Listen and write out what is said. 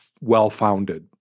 well-founded